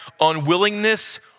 unwillingness